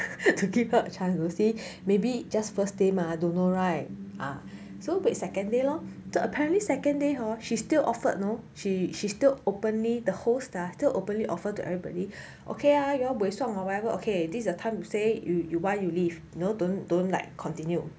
to give a chance to see maybe just first day mah don't know right ah so wait second day lor so apparently second day hor she still offered know she she still openly the host ah still openly offered to everybody okay ah y'all buay song or whatever okay this is a time to say you you want you leave no don't don't like continue